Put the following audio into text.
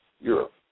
Europe